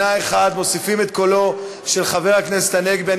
מוסיפים את קולו של חבר הכנסת הנגבי.